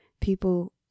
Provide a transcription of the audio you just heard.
people